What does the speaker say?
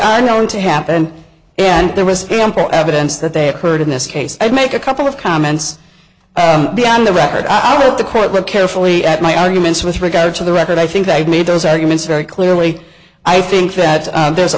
are known to happen and there was ample evidence that they occurred in this case i make a couple of comments beyond the record out of the court with carefully at my arguments with regard to the record i think i've made those arguments very clearly i think that there's a